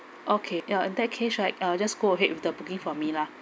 okay ya in that case right I will just go ahead with the booking for me lah